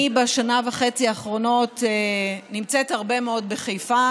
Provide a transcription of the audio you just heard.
בשנה וחצי האחרונות אני נמצאת הרבה מאוד בחיפה,